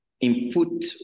input